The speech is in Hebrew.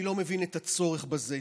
אני לא מבין את הצורך בזה.